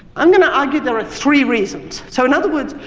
i'm going to argue there are three reasons. so in other words,